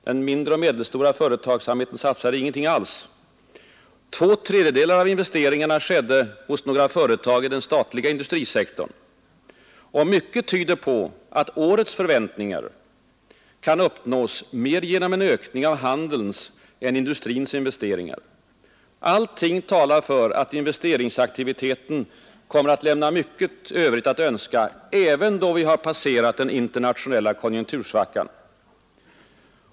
Den mindre och medelstora företagsamheten satsade ingenting alls. Två tredjedelar av investeringarna skedde hos några företag i den statliga industrisektorn. Mycket tyder på att årets förväntningar kan uppnås mer genom en ökning av handelns än av industrins investeringar. Allting talar för att investeringsaktiviteten kommer att lämna mycket övrigt att önska, även då vi passerat den internationella konjunktursvackan.